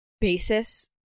basis